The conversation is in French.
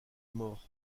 mort